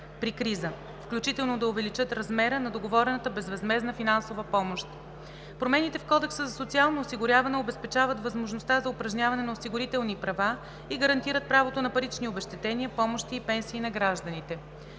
при криза, включително да увеличават размера на договорената безвъзмездна финансова помощ. Промените в Кодекса за социално осигуряване обезпечават възможността за упражняване на осигурителни права и гарантират правото на парични обезщетения, помощи и пенсии на гражданите.